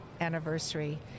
anniversary